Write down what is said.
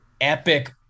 epic